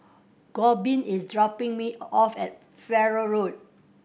Corbin is dropping me off at Farrer Road